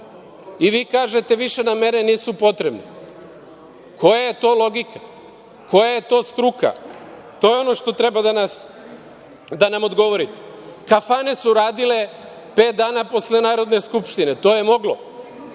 I vi kažete – više nam mere nisu potrebne. Koja je to logika? Koja je to struka? To je ono što treba da nam odgovorite. Kafane su radile pet dana posle Narodne skupštine. To je moglo?